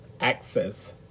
access